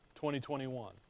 2021